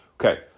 okay